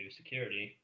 security